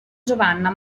giovanna